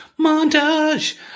montage